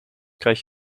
krijg